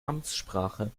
amtssprache